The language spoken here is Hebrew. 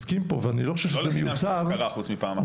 לא לחינם זה כבר קרה חוץ מפעם אחת.